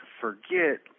forget